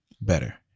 better